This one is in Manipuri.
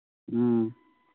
ꯎꯝ